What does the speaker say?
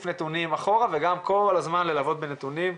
נתונים אחורה וגם כל הזמן ללוות בנתונים,